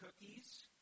cookies